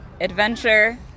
adventure